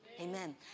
Amen